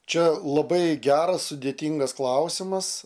čia labai geras sudėtingas klausimas